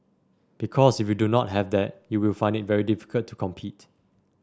because if you do not have that you will find it very difficult to compete